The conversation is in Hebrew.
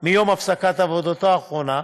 מיום הפסקת עבודתו האחרונה,